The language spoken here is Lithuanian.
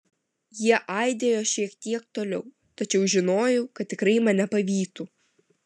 jie aidėjo šiek tiek toliau tačiau žinojau kad tikrai mane pavytų